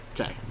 Okay